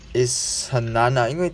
is 很难 ah 因为